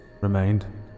remained